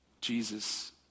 Jesus